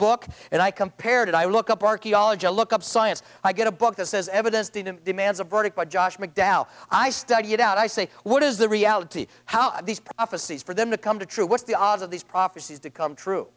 book and i compared it i look up archaeology i look up science i get a book that says evidence demands a verdict by josh mcdowell i study it out i say what is the reality how these prophecies for them to come to true what's the odds of these prophecies to come t